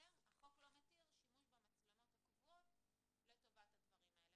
החוק לא מתיר שימוש במצלמות הקבועות לטובת הדברים האלה,